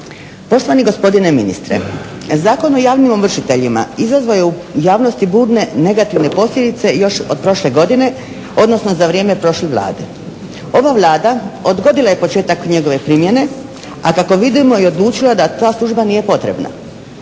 Poštovani gospodine ministre Zakon o javnim ovršiteljima izazvao je u javnosti burne, negativne posljedice još od prošle godine, odnosno za vrijeme prošle Vlade. Ova Vlada odgodila je početak njegove primjene, a kako vidimo i odlučila da ta služba nije potrebna